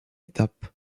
étape